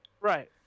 Right